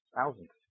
Thousands